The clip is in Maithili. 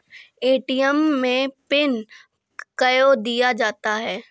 ए.टी.एम मे पिन कयो दिया जाता हैं?